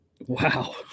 wow